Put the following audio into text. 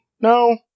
No